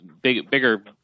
bigger